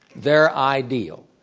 their ideal.